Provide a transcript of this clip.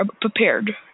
prepared